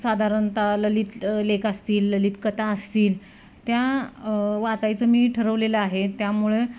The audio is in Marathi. साधारणतः ललित लेख असतील ललित कथा असतील त्या वाचायचं मी ठरवलेलं आहे त्यामुळे